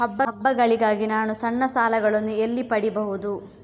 ಹಬ್ಬಗಳಿಗಾಗಿ ನಾನು ಸಣ್ಣ ಸಾಲಗಳನ್ನು ಎಲ್ಲಿ ಪಡಿಬಹುದು?